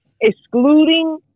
Excluding